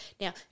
Now